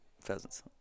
pheasants